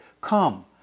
come